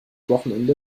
wochenende